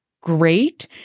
great